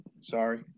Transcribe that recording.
Sorry